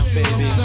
baby